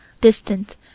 distant